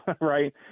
right